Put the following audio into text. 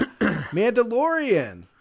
Mandalorian